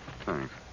Thanks